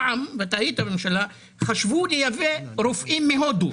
פעם ואתה היית בממשלה חשבו לייבא רופאים מהודו,